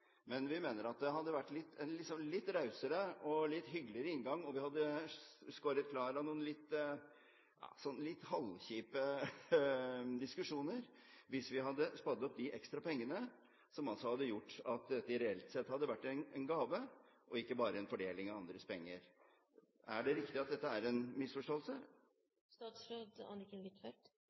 Men vi mener at det hadde vært en litt rausere og litt hyggeligere inngang om vi hadde skåret klar av noen litt halvkjipe diskusjoner, hvis vi hadde spadd opp de ekstra pengene som hadde gjort at dette reelt sett hadde vært en gave og ikke bare en fordeling av andres penger. Er det riktig at dette er en